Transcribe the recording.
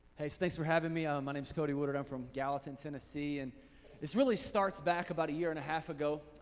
hey, so thanks for having me. ah my name's cody woodard. i'm from gallatin, tennessee and this really starts back about a year and a half ago.